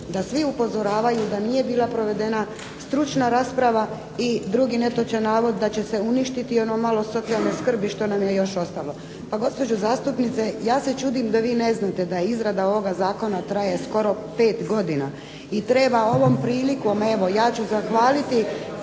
da svi upozoravaju da nije bila provedena stručna rasprava. I drugi netočan navod, da će se uništiti i ono malo socijalne skrbi što nam je još ostalo. Pa gospođo zastupnice ja se čudim da vi ne znate da izrada ovoga zakona traje skoro 5 godina i treba ovom prilikom evo ja ću zahvaliti